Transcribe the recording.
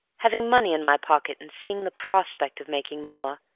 having money in my pocket and seeing the prospect of making more,